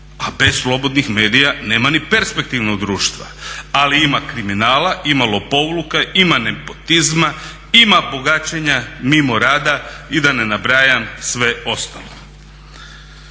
a bez slobodnih medija nema ni perspektivnog društva. Ali ima kriminala, ima lopovluka, ima nepotizma, ima bogaćenja mimo rada i da ne nabrajam sve ostalo.